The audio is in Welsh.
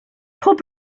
pob